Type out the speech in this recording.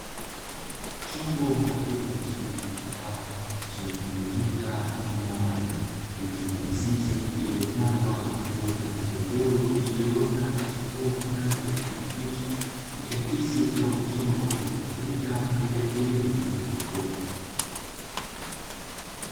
Chombo maalumu chenye umbo mraba, chenye kimiminika mfano wa maji, kilicho na mizizi iliyopandwa na kuota miche midogo iliyoota na kuchipua kwa rangi ya kibichi, ikiakisi kuwa ni chombo kinachotumika kwa ajili ya kilimo cha haidroponi.